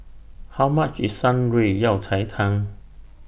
How much IS Shan Rui Yao Cai Tang